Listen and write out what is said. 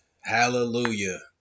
Hallelujah